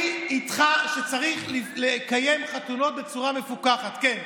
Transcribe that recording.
אני איתך שצריך לקיים חתונות בצורה מפוקחת, כן.